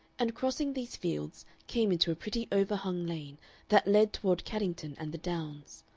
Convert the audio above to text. and crossing these fields came into a pretty overhung lane that led toward caddington and the downs.